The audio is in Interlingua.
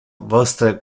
vostre